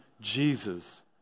Jesus